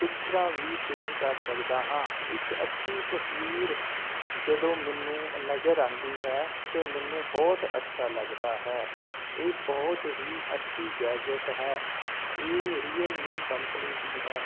ਪਿਕਚਰਾਂ ਵੀ ਸੇਵ ਕਰ ਸਕਦਾ ਹਾਂ ਇੱਕ ਅੱਛੀ ਤਸਵੀਰ ਜਦੋਂ ਮੈਨੂੰ ਨਜ਼ਰ ਆਉਂਦੀ ਹੈ ਤਾਂ ਮੈਨੂੰ ਬਹੁਤ ਅੱਛਾ ਲੱਗਦਾ ਹੈ ਇਹ ਬਹੁਤ ਹੀ ਅੱਛੀ ਗੈਜਟ ਹੈ ਇਹ ਰੀਅਲਮੀ ਕੰਪਨੀ ਦੀ ਹੈ